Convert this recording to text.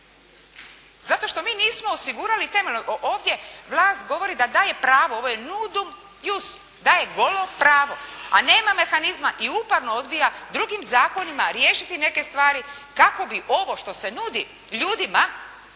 Zato što mi nismo osigurali temeljno. Ovdje vlast govori da daje pravo. Ovo je nudum ius, daje golo pravo, a nema mehanizma i uporno odbija drugim zakonima riješiti neke stvari kako bi ovo što se nudi ljudima